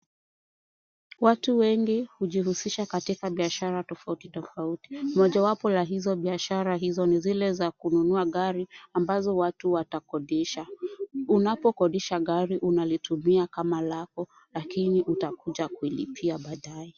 Watu wengi hujihusisha katika biashara tofauti tofauti. Mojawapo ya hizo biashara hizo ni zile za kununua gari ambazo watu watakodisha. Unapokodisha gari unalitumia kama lako lakini utakuja kuilipia baadae.